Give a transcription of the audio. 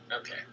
Okay